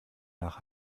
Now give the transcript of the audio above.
nach